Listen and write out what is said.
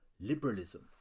liberalism